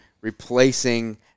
replacing